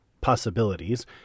possibilities